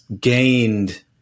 gained